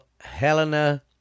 Helena